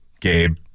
Gabe